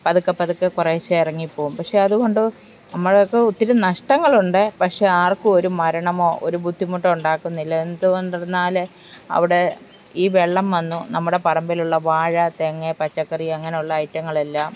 പതുക്കെ പതുക്കെ കുറേശെ ഇറങ്ങി പോകും പക്ഷെ അതു കൊണ്ട് നമ്മൾക്ക് ഒത്തിരി നഷ്ടങ്ങളുണ്ട് പക്ഷെ ആർക്കും ഒരു മരണമൊ ഒരു ബുദ്ധിമുട്ടൊ ഉണ്ടാക്കുന്നില്ല എന്തുകൊണ്ടിരിന്നാൽ അവിടെ ഈ വെള്ളം വന്നു നമ്മുടെ പറമ്പിലുള്ള വാഴ തെങ്ങ് പച്ചക്കറി അങ്ങനെയുള്ള ഐറ്റങ്ങളെല്ലാം